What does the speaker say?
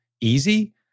easy